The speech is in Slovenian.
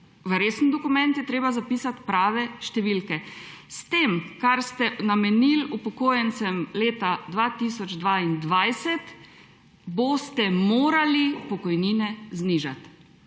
v resen dokument je treba zapisati prave številke. S tem, kolikor ste namenili upokojencem leta 2022, boste morali pokojnine znižati.